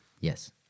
Yes